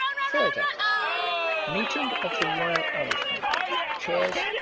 third act meeting of the royal irishmen chairs,